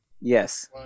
Yes